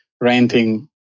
renting